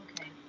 Okay